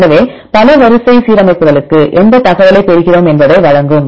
எனவே பல வரிசை சீரமைப்புகளுக்கு எந்த தகவலைப் பெறுகிறோம் என்பதை வழங்கும்